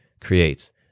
creates